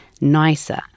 nicer